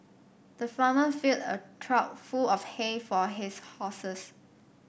the farmer filled a trough full of hay for his horses